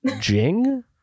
Jing